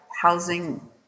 Housing